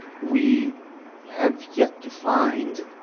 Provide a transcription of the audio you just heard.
we have yet to find